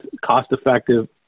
cost-effective